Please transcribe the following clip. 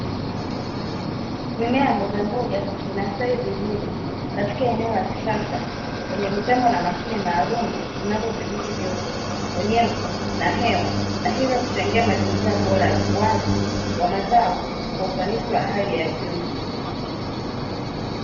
Mimea ya mbogamboga inastawi vizuri katika eneo la kisasa lenye mitambo na mashine maalumu zinazodhibiti joto, unyevu na hewa, na hivyo kuchangia mazingira bora ya ukuaji wa mazao kwa ufanisi wa hali ya juu.